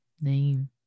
name